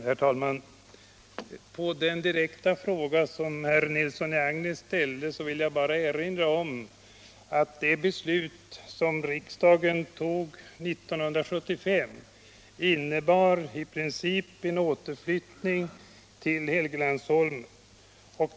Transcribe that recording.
Herr talman! I anledning av den direkta fråga som herr Nilsson i Agnäs ställde vill jag erinra om att det beslut som riksdagen tog 1975 i princip innebar en återflyttning till Helgeandsholmen.